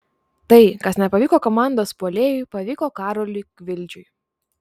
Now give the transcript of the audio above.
tai kas nepavyko komandos puolėjui pavyko karoliui gvildžiui